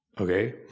okay